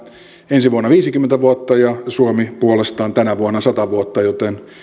ensi vuonna viisikymmentä vuotta ja suomi puolestaan tänä vuonna sata vuotta joten